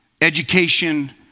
education